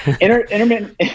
Intermittent